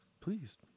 please